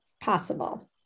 possible